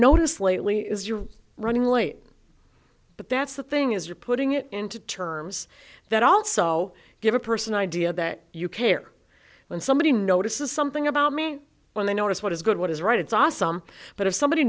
noticed lately is you're running late but that's the thing is you're putting it into terms that also give a person idea that you care when somebody notices something about me when they notice what is good what is right it's awesome but if somebody